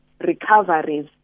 recoveries